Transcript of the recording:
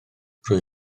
rwy